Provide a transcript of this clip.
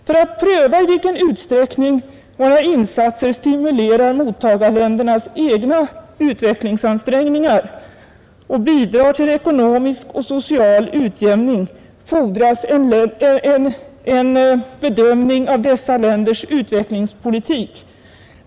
För att pröva i vilken utsträckning våra insatser stimulerar mottagarländernas egna utvecklingsansträngningar och bidrar till ekonomisk och social utjämning fordras en bedömning av dessa länders utvecklingspolitik.